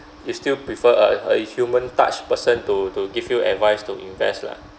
you still prefer a a human touch person to to give you advice to invest lah